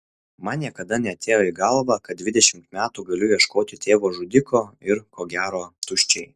man niekada neatėjo į galvą kad dvidešimt metų galiu ieškoti tėvo žudiko ir ko gero tuščiai